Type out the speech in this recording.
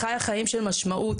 חייה חיים של משמעות.